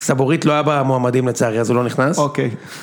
סבורית לא היה במועמדים לצערי, אז הוא לא נכנס. אוקיי.